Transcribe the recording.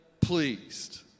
pleased